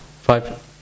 five